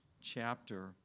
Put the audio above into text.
chapter